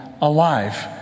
alive